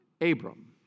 Abram